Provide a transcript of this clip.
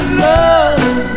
love